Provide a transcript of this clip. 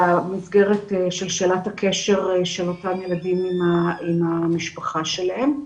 במסגרת של שאלתה הקשר של אותם ילדים עם המשפחה שלהם.